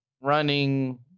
running